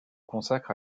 consacre